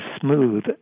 smooth